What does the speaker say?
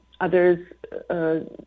Others